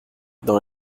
dans